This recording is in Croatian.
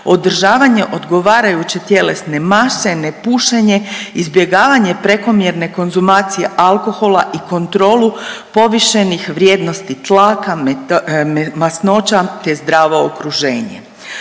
održavanje odgovarajuće tjelesne mase, nepušenje, izbjegavanje prekomjerne konzumacije alkohola i kontrolu povišenih vrijednosti tlaka, masnoća, te zdravo okruženje,